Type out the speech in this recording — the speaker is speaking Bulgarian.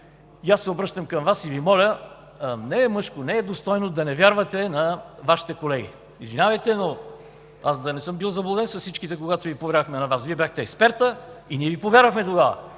Аз се обръщам към Вас и Ви моля – не е мъжко, не е достойно да не вярвате на Вашите колеги. Извинявайте, но аз да не съм бил заблуден с всичко, когато ги поверявахме на Вас. Вие бяхте експертът и ние Ви повярвахме тогава.